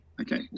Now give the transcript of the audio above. Okay